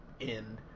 end